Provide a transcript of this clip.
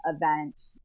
event